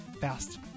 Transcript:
fast